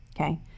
okay